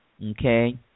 Okay